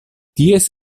ties